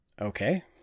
Okay